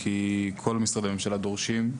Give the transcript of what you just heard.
כי כל משרדי הממשלה דורשים,